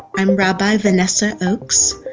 i am rabbi vanessa ochs,